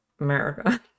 america